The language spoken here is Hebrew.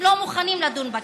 הם לא מוכנים לדון בכנסת.